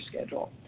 schedule